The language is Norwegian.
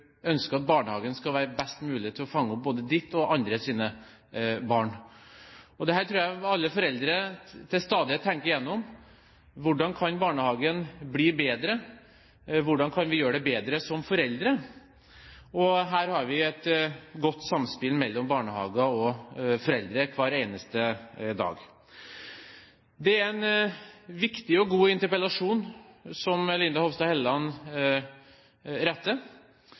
ønsker at barnehagen skal være best mulig til å fange opp både ditt og andres barn. Dette tror jeg alle foreldre til stadighet tenker igjennom: Hvordan kan barnehagen bli bedre? Hvordan kan vi gjøre det bedre som foreldre? Og her har vi et godt samspill mellom barnehage og foreldre hver eneste dag. Det er en viktig og god interpellasjon som Linda Hofstad Helleland